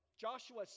Joshua